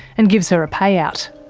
and gives her a payout.